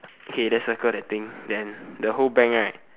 okay then circle that thing then the whole bank right